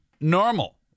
normal